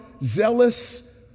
zealous